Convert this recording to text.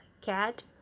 Cat